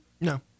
No